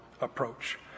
approach